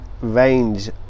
range